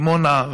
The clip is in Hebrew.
דימונה,